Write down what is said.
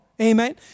Amen